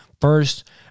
first